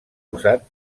usat